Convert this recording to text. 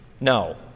No